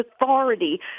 authority